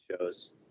shows